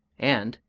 and,